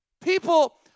People